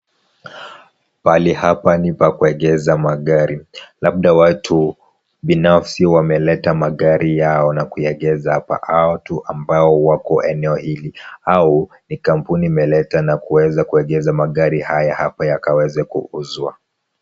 Pahali hapa ni pa kuegeza magari, labda watu binafsi wameleta magari yao na kuyaegeza hapo au mtu ambao wako eneo hili au kampuni imeleta na kuweza kuegeza magari hapa yakaweze kuuzwa.